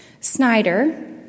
Snyder